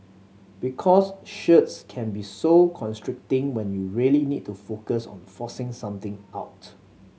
because shirts can be so constricting when you really need to focus on forcing something out